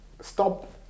stop